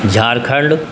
Jharkhand